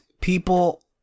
people